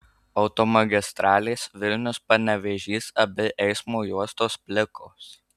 automagistralės vilnius panevėžys abi eismo juostos plikos